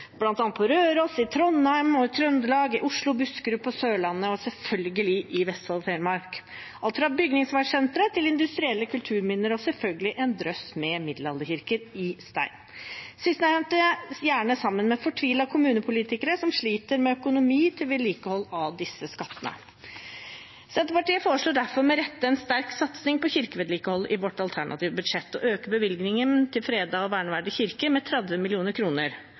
på Røros, i Trondheim og ellers i Trøndelag, i Oslo, i Buskerud, på Sørlandet og selvfølgelig i Vestfold og Telemark. Det var alt fra bygningsvernsentre til industrielle kulturminner, og det var selvfølgelig en drøss med middelalderkirker i stein, sistnevnte gjerne sammen med fortvilte kommunepolitikere som sliter med økonomi til vedlikehold av disse skattene. Senterpartiet foreslår derfor med rette en sterk satsing på kirkevedlikehold i vårt alternative budsjett, og vi øker bevilgningen til fredede og verneverdige kirker med 30